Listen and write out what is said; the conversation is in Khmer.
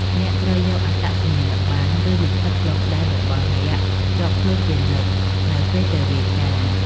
អ្នកត្រូវយក អត្តសញ្ញាណប័ណ្ណ ឬលិខិតឆ្លងដែន របស់អ្នកជាប់ខ្លួនជានិច្ចនៅពេលទៅរាយការណ៍។